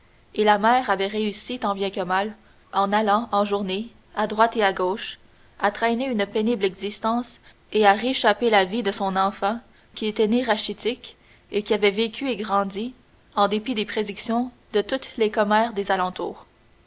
et la mère avait réussi tant bien que mal en allant en journée à droite et à gauche à traîner une pénible existence et à réchapper la vie de son enfant qui était né rachitique et qui avait vécu et grandi en dépit des prédictions de toutes les commères des alentours